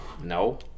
no